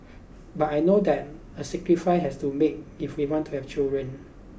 but I know that a sacrifice has to made if we want to have children